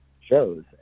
shows